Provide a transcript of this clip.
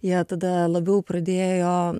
jie tada labiau pradėjo